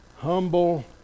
humble